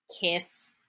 kiss